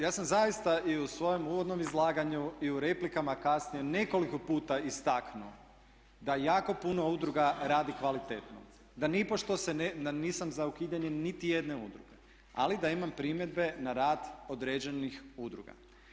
Ja sam zaista i u svojem uvodnom izlaganju i u replikama kasnije nekoliko puta istaknuo da jako puno udruga radi kvalitetno, da nipošto nisam za ukidanje nitijedne udruge ali da imam primjedbe na rad određenih udruga.